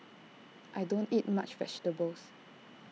I don't eat much vegetables